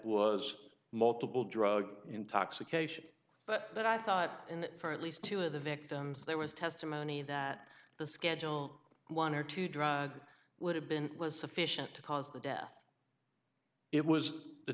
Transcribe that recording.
was multiple drug intoxication but i thought in that for at least two of the victims there was testimony that the schedule one or two drug would have been was sufficient to cause the death it was the